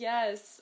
Yes